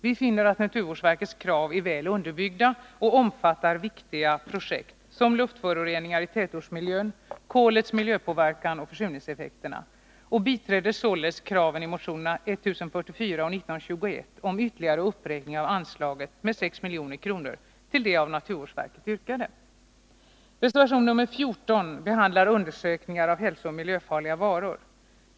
Vi finner att naturvårdsverkets krav är väl underbyggda och omfattar viktiga projekt, som luftföroreningar i tätortsmiljön, kolets miljöpåverkan och försurningseffekterna, och vi biträder således kraven i motionerna 1044 och 1921 om ytterligare uppräkning av anslaget med 6 milj.kr. till det av naturvårdsverket yrkade beloppet. Reservation 14 behandlar undersökningar av hälsooch miljöfarliga varor.